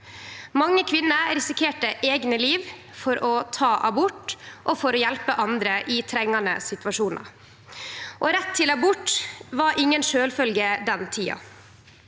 Mange kvinner risikerte eige liv for å ta abort og for å hjelpe andre i trengande situasjonar. Rett til abort var inga sjølvfølgje den tida.